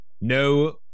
no